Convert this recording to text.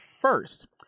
first